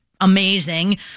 amazing